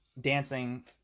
dancing